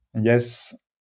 Yes